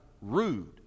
rude